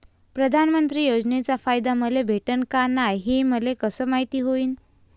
प्रधानमंत्री योजनेचा फायदा मले भेटनं का नाय, हे मले कस मायती होईन?